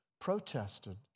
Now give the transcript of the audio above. protested